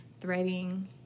threading